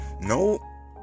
No